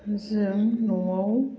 जों न'आव